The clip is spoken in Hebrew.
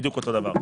בדיוק אותו דבר.